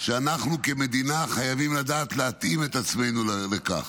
שאנחנו כמדינה חייבים לדעת להתאים את עצמנו לכך.